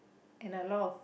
and a lot of